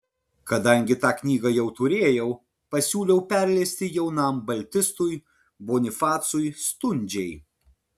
kadangi tą knygą jau turėjau pasiūliau perleisti jaunam baltistui bonifacui stundžiai